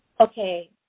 Okay